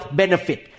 benefit